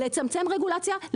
לצמצם רגולציה,